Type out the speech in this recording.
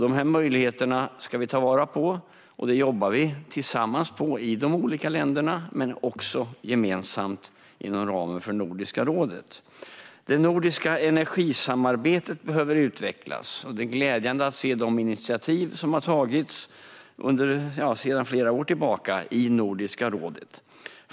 De möjligheterna ska vi ta vara på, och det jobbar vi tillsammans med i de olika länderna och gemensamt inom ramen för Nordiska rådet. Det nordiska energisamarbetet behöver utvecklas, och det är glädjande att se de initiativ som har tagits sedan flera år tillbaka i Nordiska rådet.